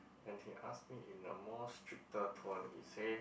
and he asked me in a more stricter tone he say